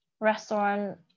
restaurant